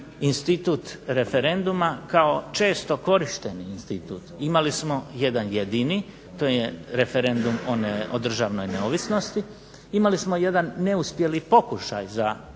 institut referenduma kao često korišteni institut. Imali smo jedan jedini, to je referendum o državnoj neovisnosti, imali smo jedan neuspjeli pokušaj za